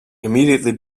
immediately